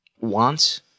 wants